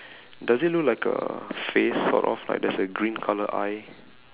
does it look like a face sort of like there's a green colour eye